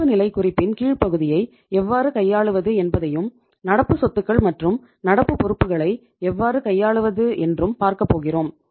இருப்புநிலை குறிப்பின் கீழ்ப்பகுதியை எவ்வாறு கையாளுவது என்பதையும் நடப்பு சொத்துக்கள் மற்றும் நடப்பு பொறுப்புகளை எவ்வாறு கையாளுவது என்றும் பார்க்கப் போகிறோம்